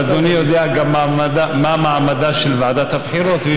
אבל אדוני יודע גם מה מעמדה של ועדת הבחירות,